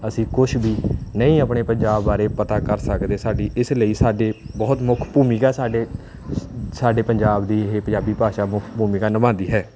ਅਸੀਂ ਕੁਛ ਵੀ ਨਹੀਂ ਆਪਣੇ ਪੰਜਾਬ ਬਾਰੇ ਪਤਾ ਕਰ ਸਕਦੇ ਸਾਡੀ ਇਸ ਲਈ ਸਾਡੇ ਬਹੁਤ ਮੁੱਖ ਭੂਮਿਕਾ ਸਾਡੇ ਸਾਡੇ ਪੰਜਾਬ ਦੀ ਇਹ ਪੰਜਾਬੀ ਭਾਸ਼ਾ ਮੁੱਖ ਭੂਮਿਕਾ ਨਿਭਾਉਂਦੀ ਹੈ